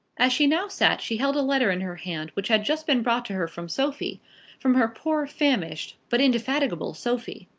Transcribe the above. as she now sat she held a letter in her hand which had just been brought to her from sophie from her poor, famished, but indefatigable sophie.